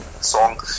song